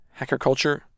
HackerCulture